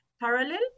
parallel